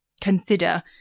consider